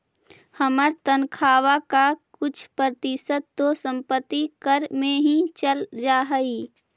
हमर तनख्वा का कुछ प्रतिशत तो संपत्ति कर में ही चल जा हई